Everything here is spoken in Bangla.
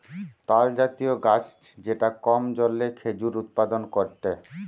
তালজাতীয় গাছ যেটা কম জলে খেজুর উৎপাদন করেটে